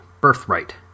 Birthright